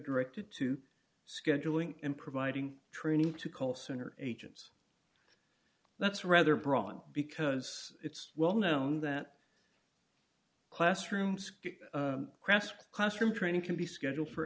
directed to scheduling and providing training to call center agents that's rather braun because it's well known that classrooms cresp classroom training can be scheduled for